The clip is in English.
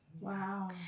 Wow